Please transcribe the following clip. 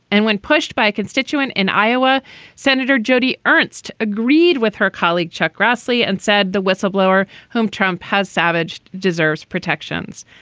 and when pushed by a constituent in iowa senator joni ernst agreed with her colleague chuck grassley and said the whistleblower whom trump has savaged deserves protections.